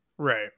Right